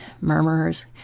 murmurers